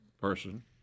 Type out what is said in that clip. person